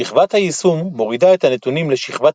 שכבת היישום מורידה את הנתונים לשכבת